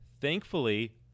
Thankfully